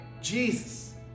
Jesus